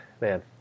man